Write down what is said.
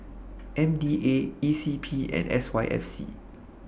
M D A E C P and S Y F C